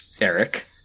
Eric